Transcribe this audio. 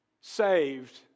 saved